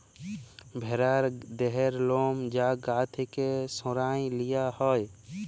ভ্যারার দেহর লম যা গা থ্যাকে সরাঁয় লিয়া হ্যয়